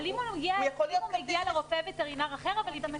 אבל אם הוא הגיע לרופא וטרינר אחר אבל --- אם